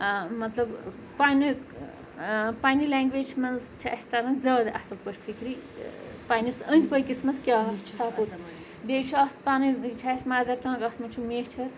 مطلب پنٛنہِ پنٛنہِ لینٛگویجہِ منٛز چھِ اَسہِ تَران زیادٕ اَصٕل پٲٹھۍ فِکرِ پنٛنِس أنٛدۍ پٔکِس منٛز کیٛاہ چھُ سَپوز بیٚیہِ چھُ اَتھ پَنٕنۍ یہِ چھِ اَسہِ مَدَر ٹنٛگ اَتھ منٛز چھُ میچھر